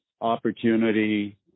opportunity